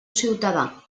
ciutadà